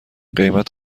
قیمت